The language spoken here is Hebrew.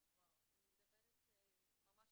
אני מדברת ממש